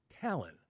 Talon